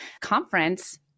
conference